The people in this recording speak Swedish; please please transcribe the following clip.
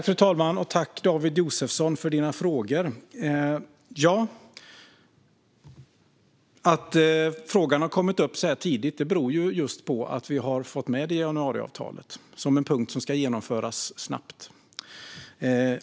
Fru talman! Tack, David Josefsson, för dina frågor! Ja, att frågan har kommit upp så här tidigt beror just på att vi har fått med detta i januariavtalet som en punkt som ska genomföras snabbt.